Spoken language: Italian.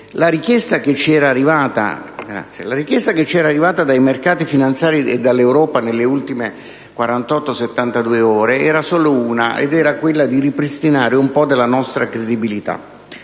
La richiesta che ci era arrivata dai mercati finanziari e dall'Europa nelle ultime 48-72 ore era solo una ed era di ripristinare un po' della nostra credibilità.